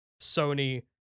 Sony